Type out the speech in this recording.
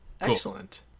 Excellent